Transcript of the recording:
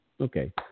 Okay